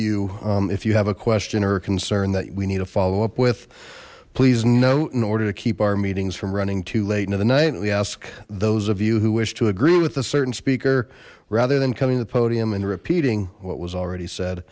you if you have a question or a concern that we need to follow up with please note in order to keep our meetings from running too late into the night we ask those of you who wish to agree with a certain speaker rather than coming the podium and repeating what was already said